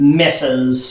misses